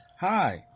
Hi